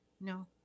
No